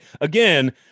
Again